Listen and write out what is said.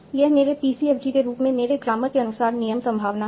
ये मेरे PCFG के रूप में मेरे ग्रामर के अनुसार नियम संभावना हैं